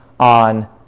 on